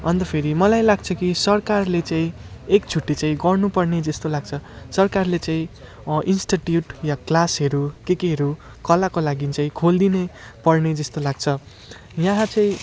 अन्त फेरि मलाई लाग्छ कि सरकारले चाहिँ एकचोटि चाहिँ गर्नुपर्ने जस्तो लाग्छ सरकारले चाहिँ इन्स्टिट्युट या क्लासहरू के केहरू कलाको लागि चाहिँ खोलिदिने पर्ने जस्तो लाग्छ यहाँ चाहिँ